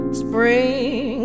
spring